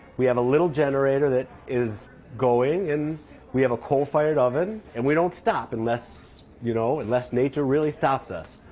we have a little generator that is going and we have a coal-fired oven and we don't stop unless you know unless nature really stops us.